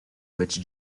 which